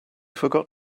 forgot